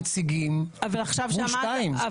מוסיפים פה שלושה נציגים מול שניים.